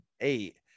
eight